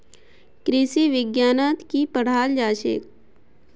कृषि विज्ञानत की पढ़ाल जाछेक